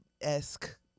esque